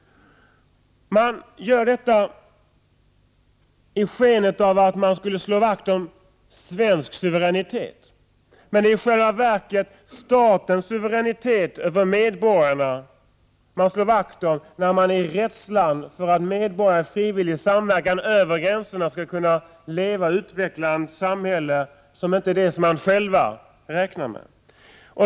Man gör detta i skenet av att man slår vakt om svensk — Prot. 1988/89:129 suveränitet. Det är i själva verket statens suveränitet över medborgarna som 6 juni 1989 man slår vakt om i rädslan för att medborgarnas frivilliga samverkan över gränserna skall kunna utvecklas till ett samhälle som man inte själv har räknat med.